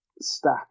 stack